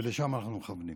ולשם אנחנו מכוונים.